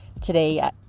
today